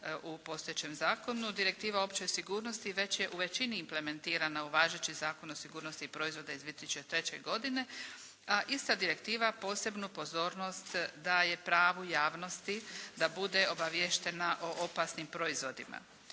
u postojećem zakonu. Direktiva o općoj sigurnosti već je u većini implementirana u važeći Zakon o sigurnosti proizvoda iz 2003. godine, a ista direktiva posebnu pozornost daje pravu javnosti da bude obaviještena o opasnim proizvodima.